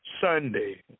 Sunday